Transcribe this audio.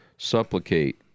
Supplicate